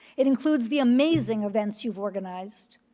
it includes the amazing events you've organized,